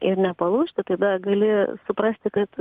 ir nepalūžti tada gali suprasti kad